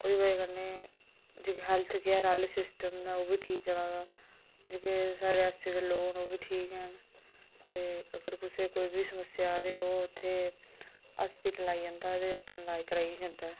ओह् दी वजह् कन्नै हैल्थ केयर आह्ले सिस्टम ओह् बी ठीक चला दा जेह्के साढ़े रियाी दे लोक ओह् बी ठीक गै न दे अगर कुसै ई कोई बी समस्या ते ओह् इत्थै अस्पिटल आई जंदा ऐ अदे अपना लाज कराई जंदा ऐ